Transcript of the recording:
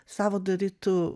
savo darytų